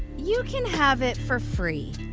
you can have it for free.